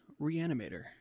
Reanimator